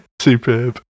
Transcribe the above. Superb